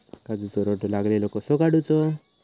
काजूक रोटो लागलेलो कसो काडूचो?